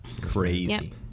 crazy